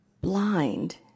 blind